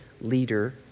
leader